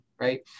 right